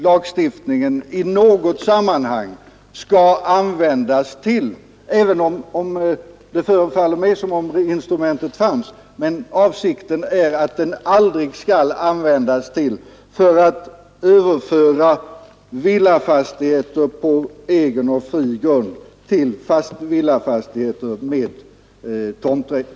Lagstiftningen skall således — även om det förefaller mig som om det instrumentet finns — aldrig användas för att överföra villafastigheter på egen och fri grund till villafastigheter med tomträtt?